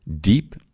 deep